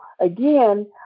again